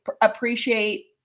appreciate